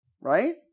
Right